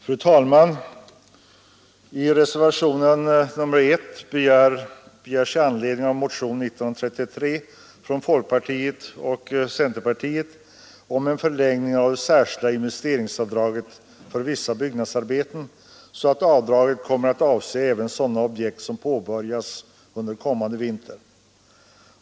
Fru talman! I reservationen 1 begärs med anledning av motionen 1993 från folkpartiet och centerpartiet en förlängning av det särskilda investeringsavdraget för vissa byggnadsarbeten, så att avdraget kommer att avse även sådana objekt som påbörjas under kommande vinter.